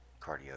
cardio